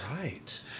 Right